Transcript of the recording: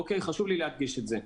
חשוב לי להדגיש את זה.